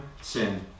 sin